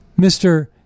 Mr